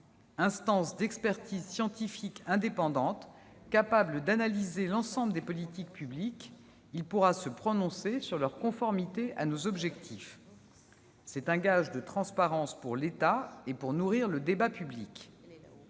instance d'expertise scientifique indépendante capable d'analyser l'ensemble des politiques publiques et qui pourra se prononcer sur leur conformité à nos objectifs. C'est un gage de transparence pour l'État et un outil pour nourrir le débat public.